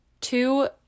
Two